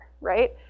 right